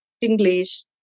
English